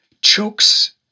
chokes